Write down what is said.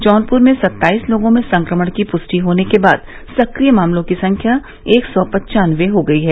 जौनपुर में सत्ताईस लोगों में संक्रमण की पुष्टि होने के बाद सक्रिय मामलों की संख्या एक सौ पन्चानबे हो गई है